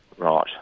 Right